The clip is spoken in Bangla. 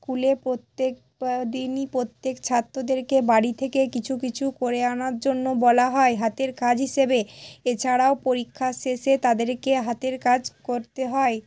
স্কুলে প্রত্যেক দিনই প্রত্যেক ছাত্রদেরকে বাড়ি থেকে কিছু কিছু করে আনার জন্য বলা হয় হাতের কাজ হিসেবে এছাড়াও পরীক্ষার শেষে তাদেরকে হাতের কাজ করতে হয়